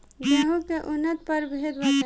गेंहू के उन्नत प्रभेद बताई?